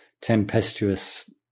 tempestuous